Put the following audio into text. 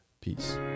peace